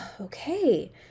okay